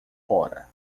fora